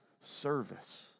service